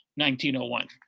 1901